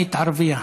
עיתונאית ערבייה.